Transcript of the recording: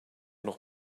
noch